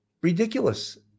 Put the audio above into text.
Ridiculous